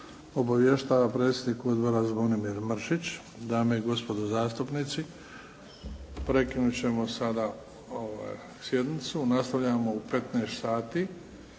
Obavještava predsjednik odbora Zvonimir Mršić. Dame i gospodo zastupnici, prekinuti ćemo sada sjednicu. Nastavljamo u 15 sati.